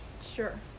Sure